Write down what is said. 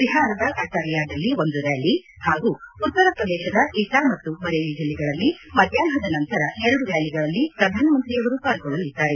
ಬಿಹಾರದ ಅಣಾರಿಯಾದಲ್ಲಿ ಒಂದು ರ್ಯಾಲಿ ಹಾಗೂ ಉತ್ತರಪ್ರದೇಶದ ಇಟಾ ಮತ್ತು ಬರೇಲಿ ಜಿಲ್ಲೆಗಳಲ್ಲಿ ಮಧ್ಯಾಹ್ವದ ನಂತರ ಎರಡು ರ್ಯಾಲಿಗಳಲ್ಲಿ ಪ್ರಧಾನಮಂತ್ರಿಯವರು ಪಾಲ್ಗೊಳ್ಳಲಿದ್ದಾರೆ